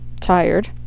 tired